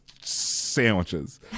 sandwiches